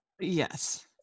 yes